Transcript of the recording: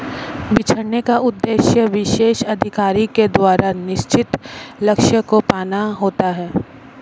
बिछड़ने का उद्देश्य विशेष अधिकारी के द्वारा निश्चित लक्ष्य को पाना होता है